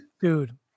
Dude